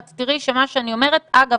ואת תראי שמה שאני אומרת אגב,